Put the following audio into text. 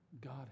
God